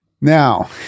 Now